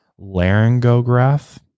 laryngograph